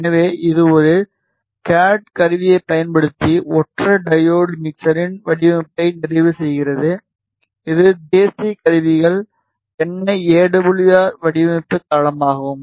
எனவே இது ஒரு கேட் கருவியைப் பயன்படுத்தி ஒற்றை டையோடு மிக்சரின் வடிவமைப்பை நிறைவு செய்கிறது இது தேசிய கருவிகள் என்ஐ ஏடபிள்யூஆர் வடிவமைப்பு தளமாகும்